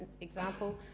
example